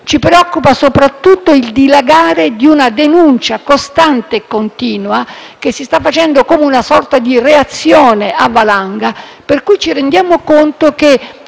Ci preoccupa, soprattutto, il dilagare di una denuncia costante e continua, che sta creando come una sorta di reazione a valanga. Pertanto, ci rendiamo conto che